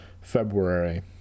February